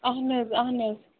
اَہن حظ اہن حظ